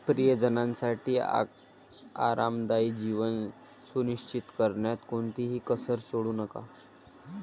प्रियजनांसाठी आरामदायी जीवन सुनिश्चित करण्यात कोणतीही कसर सोडू नका